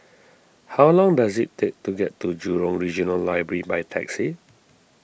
how long does it take to get to Jurong Regional Library by taxi